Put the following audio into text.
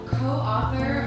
co-author